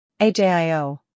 AJIO